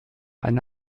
eine